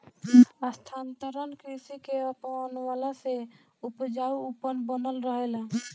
स्थानांतरण कृषि के अपनवला से उपजाऊपन बनल रहेला